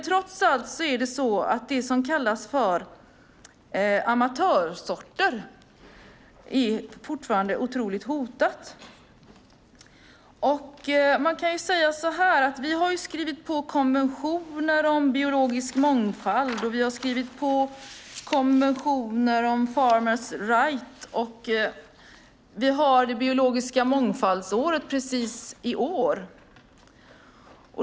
Trots allt är det som kallas för amatörsorter fortfarande otroligt hotat. Vi har skrivit på konventioner om biologisk mångfald och om Farmers Rights. Vi har också det biologiska mångfaldsåret just i år.